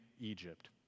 Egypt